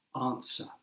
answer